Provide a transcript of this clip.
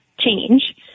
change